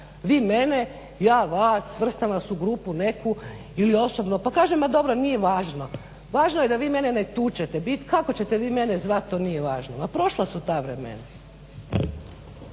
vi mene, ja vas, svrstam vas u grupu neku ili osobno pa kažem ma dobro, nije važno. Važno je da vi mene ne tučete. Kako ćete vi mene zvati to nije važno. Ma prošla su ta vremena!